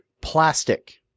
plastic